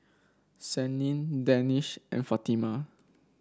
Senin Danish and Fatimah